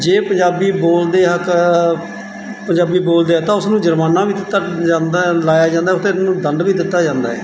ਜੇ ਪੰਜਾਬੀ ਬੋਲਦੇ ਆ ਤਾਂ ਪੰਜਾਬੀ ਬੋਲਦੇ ਆ ਤਾਂ ਉਸ ਨੂੰ ਜੁਰਮਾਨਾ ਵੀ ਦਿੱਤਾ ਜਾਂਦਾ ਲਾਇਆ ਜਾਂਦਾ ਉਹ ਤੇ ਨੂੰ ਦੰਡ ਵੀ ਦਿੱਤਾ ਜਾਂਦਾ